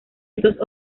estos